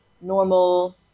normal